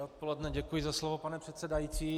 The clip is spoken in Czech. Dobré odpoledne, děkuji za slovo, pane předsedající.